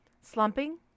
slumping